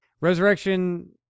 Resurrection